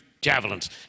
javelins